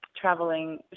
traveling